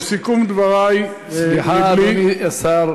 לסיכום דברי, סליחה, השר